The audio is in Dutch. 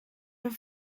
ben